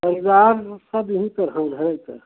परिवार में सब यहीं पर हम हैं क्या